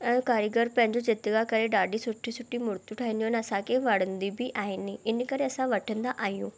ऐं कारीगर पंहिंजो चित्रकार करे ॾाढी सुठियूं सुठियूं मूर्तियूं ठहंदियूं आहिनि असांखे वणंदियूं बि आहिनि इन करे असां वठंदा आहियूं